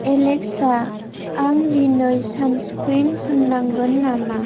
Alexa आं दिनै सानस्क्रिन फोननांगोन नामा